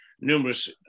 numerous